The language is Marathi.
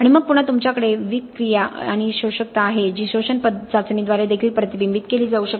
आणि मग पुन्हा तुमच्याकडे विक क्रिया आणि शोषकता आहे जी शोषण चाचणीद्वारे देखील प्रतिबिंबित केली जाऊ शकते